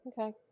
Okay